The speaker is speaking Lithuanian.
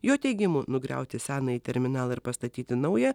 jo teigimu nugriauti senąjį terminalą ir pastatyti naują